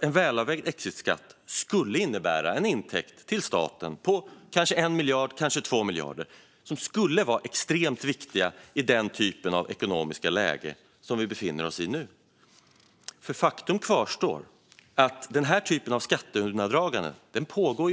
En välavvägd exitskatt skulle innebära en intäkt till staten på 1-2 miljarder som skulle vara extremt viktiga i det ekonomiska läge vi befinner oss i. Faktum kvarstår: Denna typ av skatteundandragande pågår